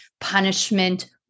punishment